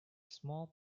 small